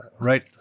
right